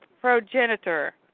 progenitor